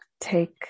take